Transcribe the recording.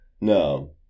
No